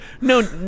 No